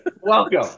welcome